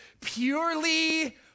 purely